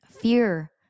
Fear